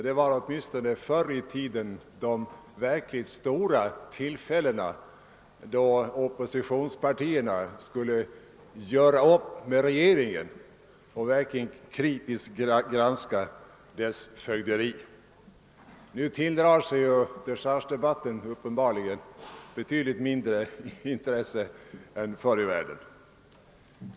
Det var åtminstone: förr i tiden det stora tillfället för oppositionspartierna att »göra upp» med regeringen och kritiskt granska dess fögderi. Nu tilldrar sig dechargedebatten uppenbarligen betydligt mindre intresse än förr i världen.